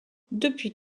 depuis